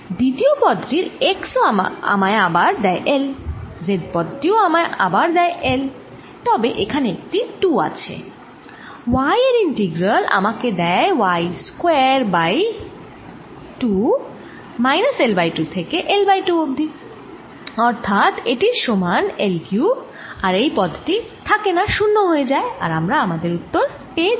দ্বিতীয় পদটির x আমায় আবার দেয় L z পদ টি ও আমায় আবার L দেয় তবে এখানে একটি 2 আছে y এর ইন্টিগ্রাল আমাকে দেয় y square by 2 minus L by 2 থেকে L বাই 2 অবধি অর্থাৎ এটির সমান L কিউব আর এই পদ টি থাকে না শুন্য হয়ে যায় আর আমরা উত্তর পেয়ে যাই